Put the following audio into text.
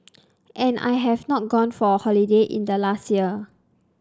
and I have not gone for a holiday in the last year